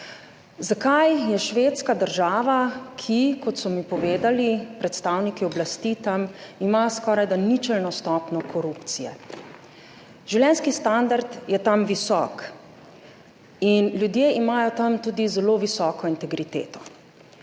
Zakaj je Švedska država, ki, kot so mi povedali predstavniki oblasti, tam ima skorajda ničelno stopnjo korupcije? Življenjski standard je tam visok in ljudje imajo tam tudi zelo visoko integriteto.